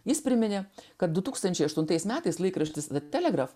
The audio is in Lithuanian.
jis priminė kad du tūkstančiai metais laikraštis telegraph